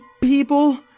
people